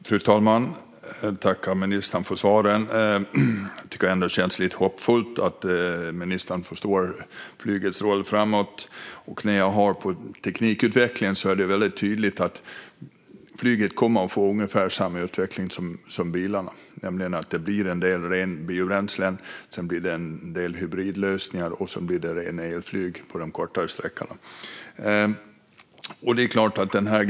Fru talman! Jag tackar ministern för svaret. Det känns hoppfullt att ministern förstår flygets roll framåt. Vad gäller teknikutvecklingen är det tydligt att flyget kommer att få ungefär samma utveckling som bilarna. En del flyg kommer att drivas med biobränsle och andra med hybridlösningar, och på de kortare sträckorna blir det elflyg.